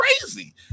crazy